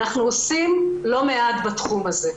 אנחנו עושים לא מעט בתחום הזה,